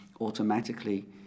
automatically